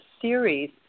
series